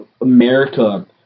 America